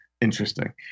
interesting